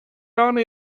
done